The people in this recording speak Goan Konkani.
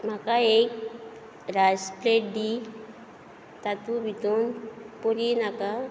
म्हाका एक रायस प्लेट दी तातूं भितून पुरी नाका